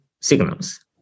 signals